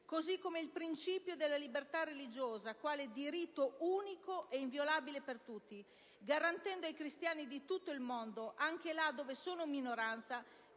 così come il principio della libertà religiosa, quale diritto unico ed inviolabile per tutti, garantendo ai cristiani di tutto il mondo, anche là dove sono minoranza,